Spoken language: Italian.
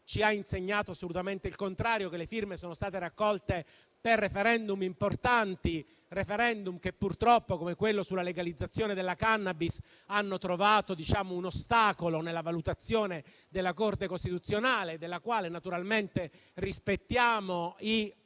ci ha insegnato che è vero il contrario. Le firme sono state raccolte per *referendum* importanti, *referendum* che purtroppo, come quello sulla legalizzazione della *cannabis*, hanno trovato un ostacolo nella valutazione della Corte costituzionale, della quale naturalmente rispettiamo esiti,